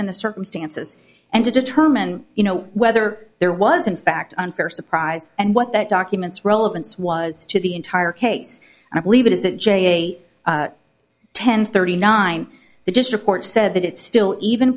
and the circumstances and to determine you know whether there was in fact unfair surprise and what that documents relevance was to the entire case and i believe it is it j ten thirty nine they just report said that it's still even